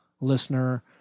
listener